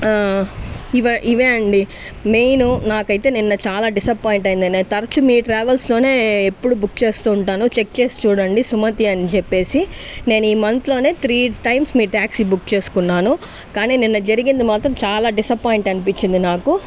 ఇవే ఇవే అండి మెయిను నాకైతే నిన్న చాలా డిసప్పాయింట్ అయ్యిందండి తరచూ మీ ట్రావెల్స్ లోనే ఎప్పుడు బుక్ చేస్తూ ఉంటాను చెక్ చేసి చూడండి సుమతి అని చెప్పేసి నేను ఈ మంత్లోనే త్రీ టైమ్స్ మీ ట్యాక్సీ బుక్ చేసుకున్నాను కానీ నిన్న జరిగింది మాత్రం చాలా డిసప్పాయింట్ అనిపిచ్చింది నాకు